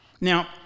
Now